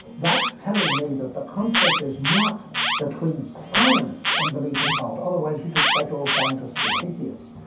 that's telling me that the conflict is not between science and belief in god. otherwise you'd expect all scientists to be atheists.